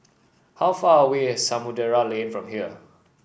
how far away is Samudera Lane from here